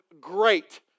great